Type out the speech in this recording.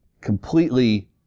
completely